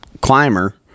climber